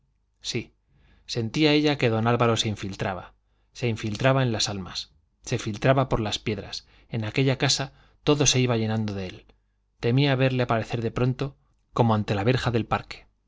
sí sentía ella que don álvaro se infiltraba se infiltraba en las almas se filtraba por las piedras en aquella casa todo se iba llenando de él temía verle aparecer de pronto como ante la verja del parque